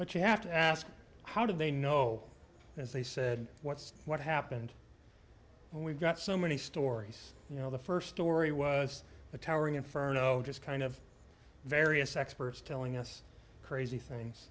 but you have to ask how did they know and they said what's what happened and we've got so many stories you know the first story was a towering inferno just kind of various experts telling us crazy things